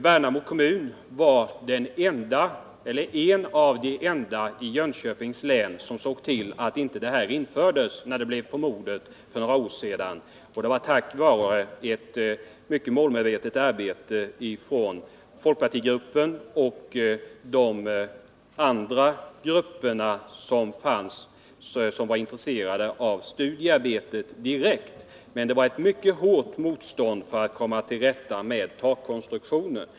Värnamo kommun var den kommun i Jönköpings län som inte införde systemet när det blev på modet för några år sedan; detta tack vare ett mycket 48 målmedvetet arbete, bl.a. från folkpartigruppen och andra personer i övriga partigrupper som var direkt intresserade av studiearbetet. Nr 33 Vi mötte ett mycket starkt motstånd när vi arbetade på att komma till rätta med takkonstruktionen.